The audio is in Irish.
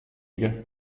aige